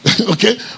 okay